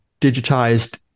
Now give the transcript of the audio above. digitized